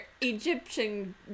Egyptian